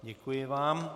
Děkuji vám.